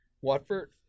Watford